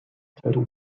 total